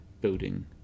building